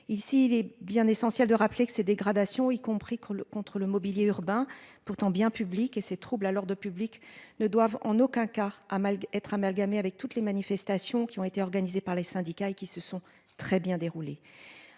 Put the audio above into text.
Ici il les bien essentiel de rappeler que ces dégradations y compris que le contre le mobilier urbain pourtant bien public et ses troubles alors de public ne doivent en aucun cas à mal d'être amalgamé avec toutes les manifestations qui ont été organisées par les syndicats et qui se sont très bien déroulées